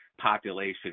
population